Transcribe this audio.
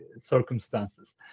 circumstances